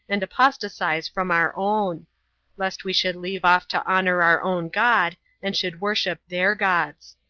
and apostatize from our own lest we should leave off to honor our own god, and should worship their gods.